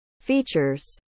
features